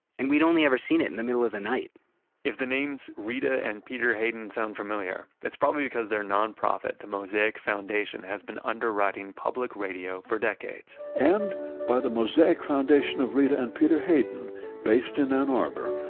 and we'd only ever seen it in the middle of the night if the names rita and peter hayden sound familiar, it's probably because their nonprofit, the mosaic foundation has been underwriting public radio for decades, and by the mosaic foundation of rita and peter hayden based in ann arbor,